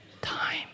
time